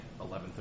11.30